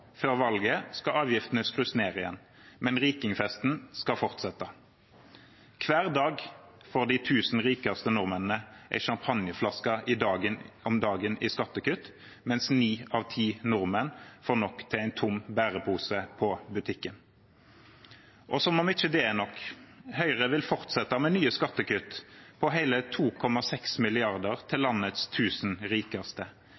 før valget, skal avgiftene skrus ned igjen, men rikingfesten skal fortsette. Hver dag får de tusen rikeste nordmennene en champagneflaske i skattekutt, mens ni av ti nordmenn får nok til en tom bærepose på butikken. Som om ikke det er nok: Høyre vil fortsette med nye skattekutt, på hele 2,6 mrd. kr, til